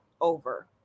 over